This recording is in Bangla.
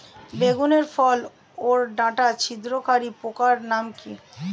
বেগুনের ফল ওর ডাটা ছিদ্রকারী পোকার নাম কি?